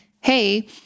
Hey